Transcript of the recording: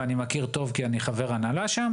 ואני מכיר טוב כי אני חבר הנהלה שם